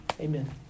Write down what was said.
Amen